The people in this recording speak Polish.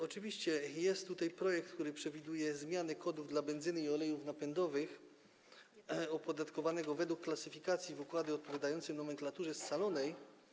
Oczywiście jest tutaj projekt, który przewiduje zmianę kodów dla benzyny i olejów napędowych, opodatkowanych według klasyfikacji, w układy odpowiadające nomenklaturze scalonej.